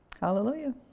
Hallelujah